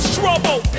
trouble